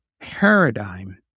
paradigm